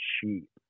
cheap